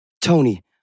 Tony